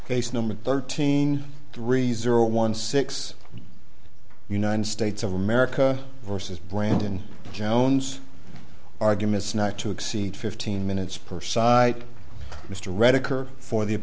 case number thirteen three zero one six united states of america versus brandon jones arguments not to exceed fifteen minutes per side mr redeker for the